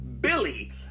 Billy